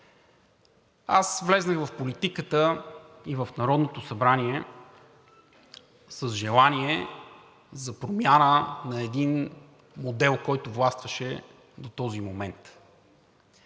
Аз влязох в политиката и в Народното събрание с желание за промяна на един модел, който властваше до този момент.